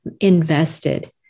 invested